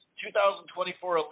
2024